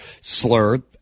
slur